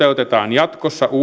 ja